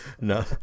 No